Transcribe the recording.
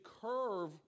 curve